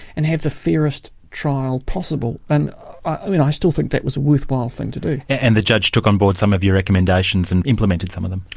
and have the fairest trial possible. and and i still think that was a worthwhile thing to do. and the judge took on board some of your recommendations and implemented some of them?